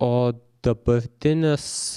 o dabartinis